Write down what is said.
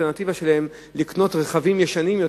אם האלטרנטיבה שלהם היא לקנות רכבים ישנים,